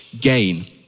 gain